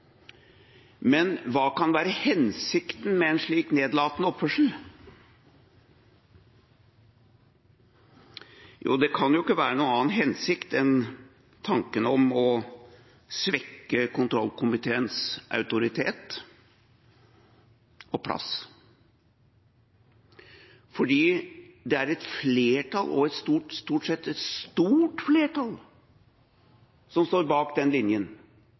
Hva kan være hensikten med en slik nedlatende oppførsel? Det kan jo ikke være noen annen hensikt enn tanken om å svekke kontrollkomiteens autoritet og plass, for det er et flertall – og stort sett et stort flertall – som står bak den linjen